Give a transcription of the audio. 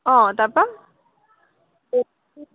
অঁ তাৰপৰা